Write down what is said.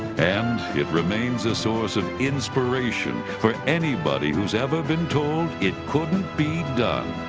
and it remains a source of inspiration for anybody who's ever been told it couldn't be done.